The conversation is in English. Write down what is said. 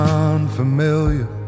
unfamiliar